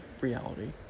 reality